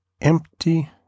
empty